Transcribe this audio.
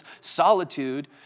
solitude